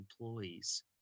employees